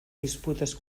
disputes